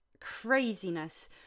craziness